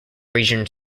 region